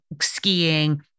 skiing